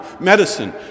medicine